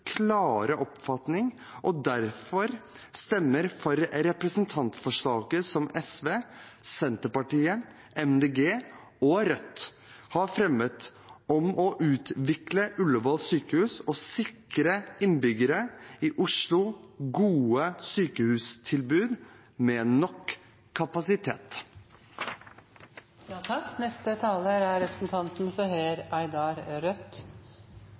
derfor stemmer for representantforslaget som SV, Senterpartiet, MDG og Rødt har fremmet om å utvikle Ullevål sykehus og sikre innbyggerne i Oslo gode sykehustilbud med nok kapasitet. Vi må få reddet sykehusene våre før det er